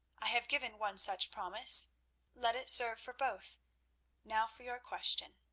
i have given one such promise let it serve for both now for your question.